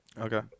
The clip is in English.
Okay